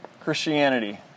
Christianity